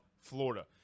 Florida